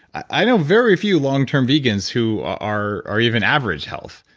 i know very few long-term vegans who are are even average health.